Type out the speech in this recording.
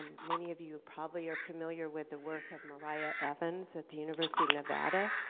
many of you probably are familiar with the work of mariah evans at the university of nevada,